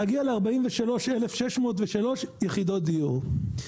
להגיע ל-43,603 יחידות דיור.